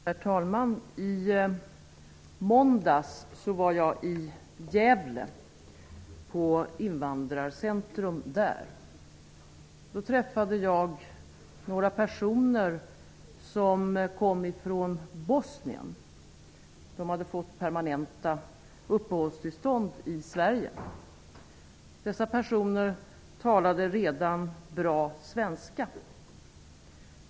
Herr talman! I måndags besökte jag Invandrarcentrum i Gävle. Jag träffade några personer som kommer från Bosnien. De hade fått permanenta uppehållstillstånd i Sverige. Dessa personer talade redan bra svenska.